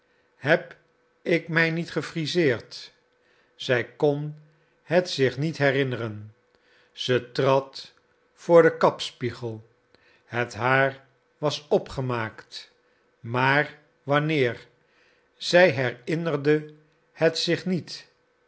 heb ik mij niet gefriseerd zij kon het zich niet herinneren zij trad voor den kapspiegel het haar was opgemaakt maar wanneer zij herinnerde het zich niet